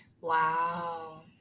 Wow